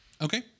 Okay